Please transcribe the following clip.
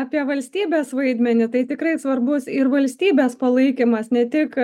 apie valstybės vaidmenį tai tikrai svarbus ir valstybės palaikymas ne tik